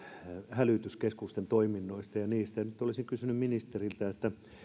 hälytyskeskusten toiminnoista ja muista nyt olisin kysynyt ministeriltä